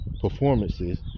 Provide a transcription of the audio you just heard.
performances